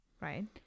Right